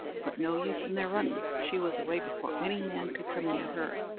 but no use in their running she was away before any man could come near her.